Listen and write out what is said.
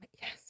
Yes